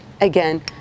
again